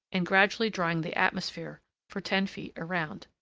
and gradually drying the atmosphere for ten feet around.